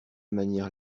manière